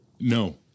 no